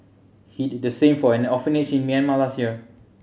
he did the same for an orphanage in Myanmar last year